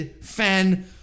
fan